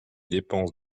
dépenses